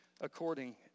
according